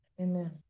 Amen